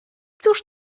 cóż